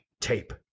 tape